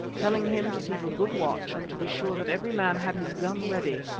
telling him to keep a good watch and to be sure that every man had his gun ready,